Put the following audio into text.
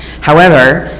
however,